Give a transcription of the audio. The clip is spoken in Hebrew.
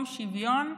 במקום שוויון,